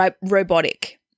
robotic